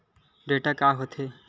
Data का होथे?